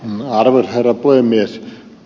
arvoisa herra puhemies